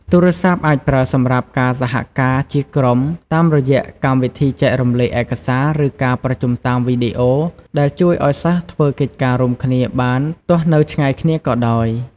ទូរស័ព្ទអាចប្រើសម្រាប់ ការសហការជាក្រុម តាមរយៈកម្មវិធីចែករំលែកឯកសារ ឬការប្រជុំតាមវីដេអូ ដែលជួយឲ្យសិស្សធ្វើកិច្ចការរួមគ្នាបានទោះនៅឆ្ងាយគ្នាក៏ដោយ។